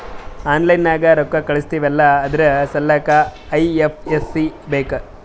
online ನಾಗ್ ರೊಕ್ಕಾ ಕಳುಸ್ತಿವ್ ಅಲ್ಲಾ ಅದುರ್ ಸಲ್ಲಾಕ್ ಐ.ಎಫ್.ಎಸ್.ಸಿ ಬೇಕ್